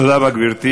תודה רבה, גברתי.